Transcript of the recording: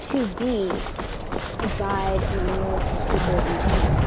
to be a guide and a mirror for people in pain